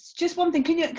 just one thing,